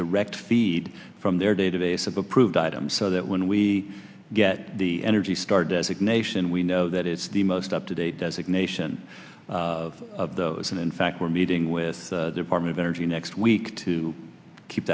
direct feed from their database of approved items so that when we get the energy star designation we know that it's the most up to date designation of those and in fact we're meeting with department of energy next week to keep